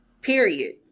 period